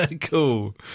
cool